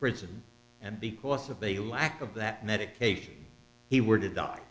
prison and because of a lack of that medication he were to die